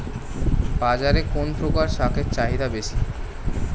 বাজারে কোন প্রকার শাকের চাহিদা বেশী?